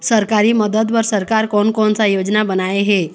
सरकारी मदद बर सरकार कोन कौन सा योजना बनाए हे?